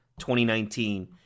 2019